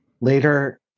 Later